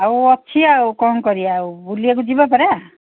ଆଉ ଅଛି ଆଉ କ'ଣ କରିବା ଆଉ ବୁଲିବାକୁ ଯିବା ପରା